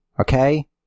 Okay